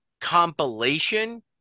compilation